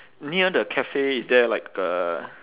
near the cafe is there like a